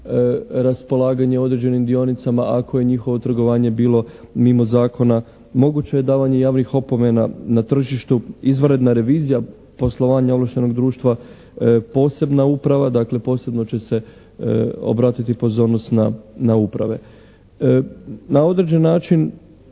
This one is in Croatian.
raspolaganje određenim dionicama ako je njihovo trgovanje bilo mimo zakona. Moguće je davanje javnih opomena na tržištu. Izvanredna revizija poslovanja ovlaštenog društva, posebna uprava. Dakle posebno će se obratiti pozornost na uprave. Na određen način